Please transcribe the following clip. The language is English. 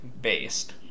based